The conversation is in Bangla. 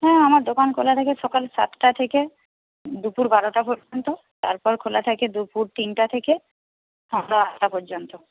হ্যাঁ আমার দোকান খোলা থাকে সকাল সাতটা থেকে দুপুর বারোটা পর্যন্ত তারপর খোলা থাকে দুপুর তিনটে থেকে রাত আটটা পর্যন্ত